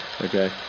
Okay